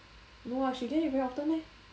no ah she get it very often meh